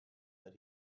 that